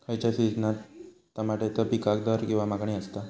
खयच्या सिजनात तमात्याच्या पीकाक दर किंवा मागणी आसता?